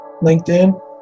linkedin